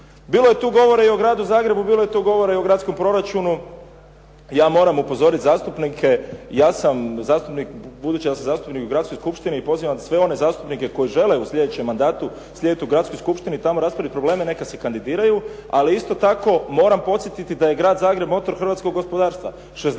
Bilo je tu govora i o gradu Zagrebu, bilo je tu govora i o gradskom proračunu. Ja moram upozoriti zastupnike, ja budući da sam zastupnik u gradskoj skupštini i pozivam sve one zastupnike koji žele sjediti u slijedećem mandatu sjediti u Gradskoj skupštini i tamo raspravljati probleme neka se kandidiraju. Ali isto tako, moram podsjetiti da je grad Zagreb motor hrvatskog gospodarstva.